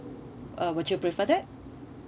uh would you prefer that